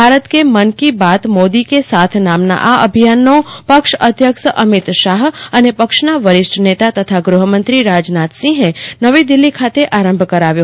ભારત કે મન કી બાત મોદી કે સાથ નામના આ અભિયાનનો પક્ષ અધ્યક્ષ અમિત શાહ અને પક્ષના વરિષ્ઠ નેતા તથા ગુહમંત્રી રાજનાથ સિંહે નવી દિલ્હીમાં આરંભ કરાવ્યો